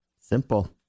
Simple